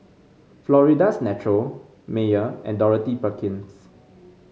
Florida's Natural Mayer and Dorothy Perkins